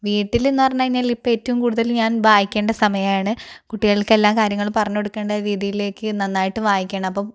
വീട്ടിൽ എന്ന് പറഞ്ഞ് കഴിഞ്ഞാൽ ഇപ്പം ഏറ്റവും കൂടുതൽ ഞാൻ വായിക്കേണ്ട സമയമാണ് കുട്ടികൾക്ക് എല്ലാ കാര്യങ്ങളും പറഞ്ഞു കൊടുക്കേണ്ട രീതിയിലേക്ക് നന്നായിട്ട് വായിക്കണം അപ്പോൾ